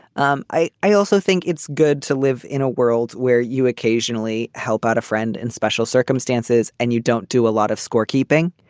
um i i also think it's good to live in a world where you occasionally help out a friend in special circumstances and you don't do a lot of scorekeeping.